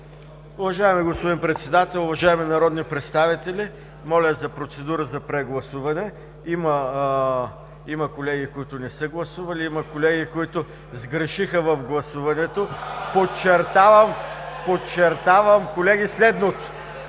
Уважаеми господин Председател, уважаеми народни представители! Моля за процедура за прегласуване. Има колеги, които не са гласували, има колеги, които сгрешиха в гласуването… (Силен шум и реплики